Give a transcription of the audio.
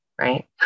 right